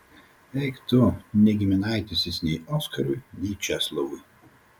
eik tu ne giminaitis jis nei oskarui nei česlovui